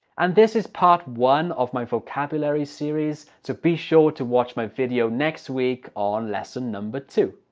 and this is part one of my vocabulary series so be sure to watch my video next week on lesson number two.